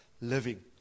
living